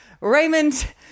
Raymond